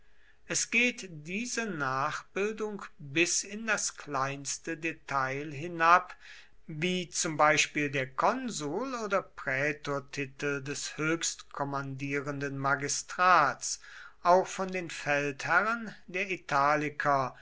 es geht diese nachbildung bis in das kleinste detail hinab wie zum beispiel der konsul oder prätortitel des höchstkommandierenden magistrats auch von den feldherren der italiker